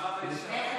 למעמד האישה.